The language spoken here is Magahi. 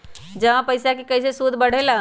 जमा पईसा के कइसे सूद बढे ला?